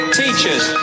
teachers